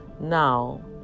Now